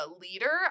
Leader